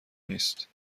نیست